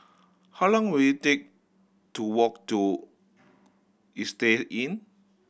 how long will it take to walk to Istay Inn